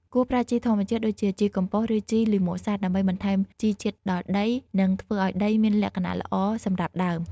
គួរប្រើជីធម្មជាតិដូចជាជីកំប៉ុស្ត ឬជីលាមកសត្វ ដើម្បីបន្ថែមជីជាតិដល់ដី និងធ្វើឲ្យដីមានលក្ខណៈល្អសម្រាប់ដើម។